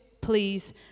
Please